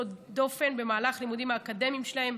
דופן במהלך הלימודים האקדמיים שלהם,